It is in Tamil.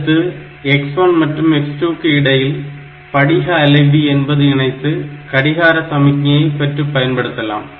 அடுத்து x1 மற்றும் x2 க்கு இடையில் படிக அலைவி என்பதை இணைத்து கடிகார சமிக்ஞையை பெற்று பயன்படுத்தலாம்